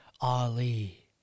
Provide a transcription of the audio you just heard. Ali